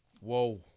Whoa